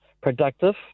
productive